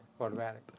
automatic